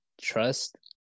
Trust